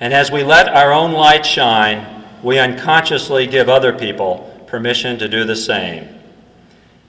and as we let our own light shine we unconsciously give other people permission to do the same